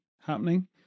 happening